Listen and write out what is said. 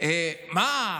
מה,